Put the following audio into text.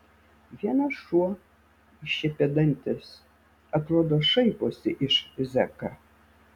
vienas šuo iššiepė dantis atrodo šaiposi iš zeką